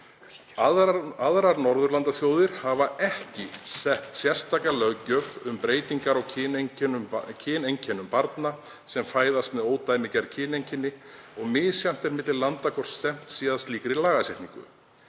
„Aðrar Norðurlandaþjóðir hafa ekki sett sérstaka löggjöf um breytingar á kyneinkennum barna sem fæðast með ódæmigerð kyneinkenni og misjafnt er milli landa hvort stefnt sé að slíkri lagasetningu.